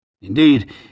Indeed